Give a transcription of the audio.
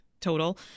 total